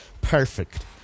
Perfect